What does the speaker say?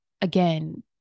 again